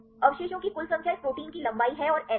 अवशेषों की कुल संख्या इस प्रोटीन की लंबाई है और एन